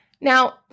Now